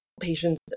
patients